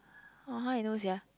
orh how you know sia